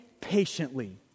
patiently